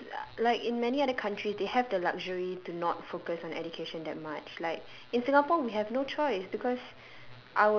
I guess like in many other countries they have the luxury to not focus on education that much like in singapore we have no choice because